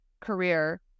career